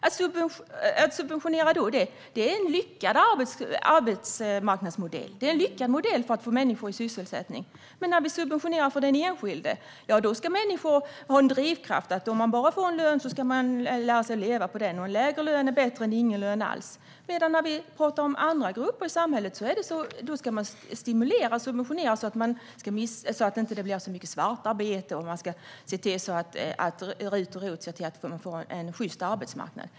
Att subventionera i samband med ROT och RUT är tydligen en lyckad arbetsmarknadsmodell. Det är tydligen en lyckad modell för att få människor i sysselsättning. Men när vi subventionerar för den enskilde anser de att människor ska ha en drivkraft - om man bara får en lön ska man lära sig att leva på den! En lägre lön är bättre än ingen lön alls! När vi pratar om andra grupper i samhället ska man i stället stimulera och subventionera så att det inte blir så mycket svartarbete, och man ska - beträffande RUT och ROT - se till att man får en sjyst arbetsmarknad.